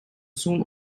soon